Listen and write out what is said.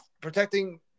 protecting